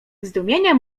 zdumienie